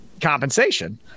compensation